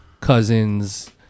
cousin's